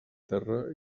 terra